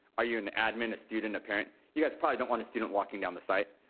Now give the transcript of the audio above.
are you an admin, a student, a parent? you guys probably don't want a student locking down the site.